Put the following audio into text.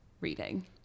reading